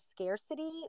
scarcity